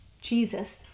jesus